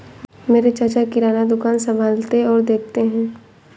मेरे चाचा किराना दुकान संभालते और देखते हैं